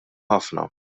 ħafna